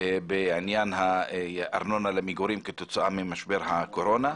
בעניין הארנונה למגורים כתוצאה ממשבר הקורונה.